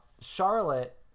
Charlotte